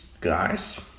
guys